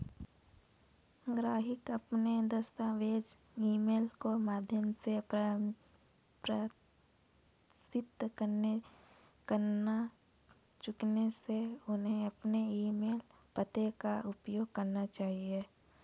ग्राहक अपने दस्तावेज़ ईमेल के माध्यम से प्रेषित करना चुनते है, उन्हें अपने ईमेल पते का उपयोग करना चाहिए